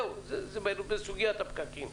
זה לסוגיית הפקקים.